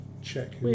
check